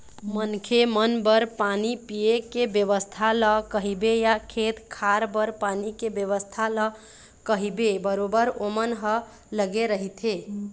मनखे मन बर पानी पीए के बेवस्था ल कहिबे या खेत खार बर पानी के बेवस्था ल कहिबे बरोबर ओमन ह लगे रहिथे